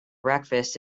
breakfast